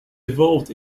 evolved